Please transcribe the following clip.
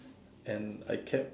and I kept